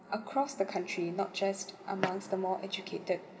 across the country not just amongst the more educated